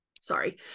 Sorry